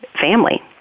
family